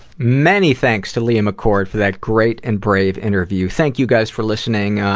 many thanks to lia mccord for that great and brave interview. thank you guys for listening. ah,